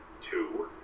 two